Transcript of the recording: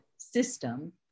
system